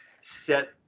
set